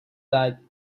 that